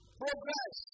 progress